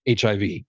HIV